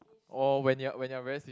or when you are when you are very sleep